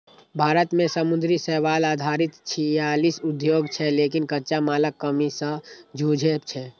भारत मे समुद्री शैवाल आधारित छियालीस उद्योग छै, लेकिन कच्चा मालक कमी सं जूझै छै